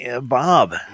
Bob